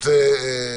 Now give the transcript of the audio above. תודה.